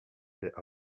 fait